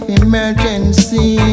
emergency